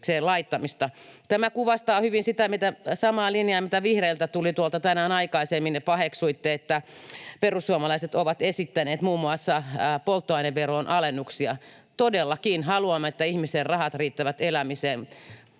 Tämä kuvastaa hyvin sitä samaa linjaa, mitä vihreiltä tuli tänään aikaisemmin. Te paheksuitte, että perussuomalaiset ovat esittäneet muun muassa polttoaineveron alennuksia. Todellakin haluamme, että ihmisten rahat riittävät elämiseen,